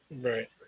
Right